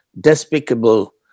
despicable